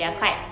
mm